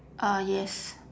uh yes